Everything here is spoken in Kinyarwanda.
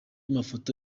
mafoto